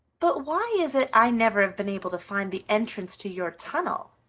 but why is it i never have been able to find the entrance to your tunnel?